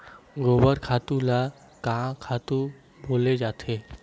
गोबर खातु ल का खातु बोले जाथे?